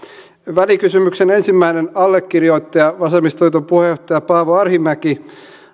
välikysymyksen ensimmäinen allekirjoittaja vasemmistoliiton puheenjohtaja paavo arhinmäki